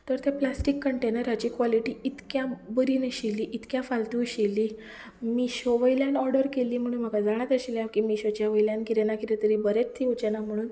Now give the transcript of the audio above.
तर ते प्लास्टीक कंटेनरांची कॉलिटी इतक्या बरी नाशिल्ली इतक्या फालतू आशिल्ली मिशो वयल्यान ऑर्डर केल्ली म्हणून म्हाका जाणाच आशिल्लें हांव की मिशोच्या वयल्यान कितें ना कितें तरी बरेंच येवचें ना म्हणून